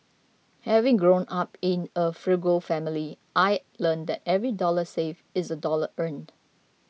having grown up in a frugal family I learnt that every dollar saved is a dollar earned